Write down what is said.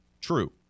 true